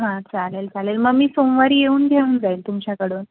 हां चालेल चालेल मग मी सोमवारी येऊन घेऊन जाईल तुमच्याकडून